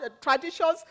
traditions